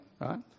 right